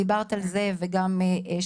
דיברתן על זה שתיכנסו,